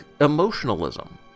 emotionalism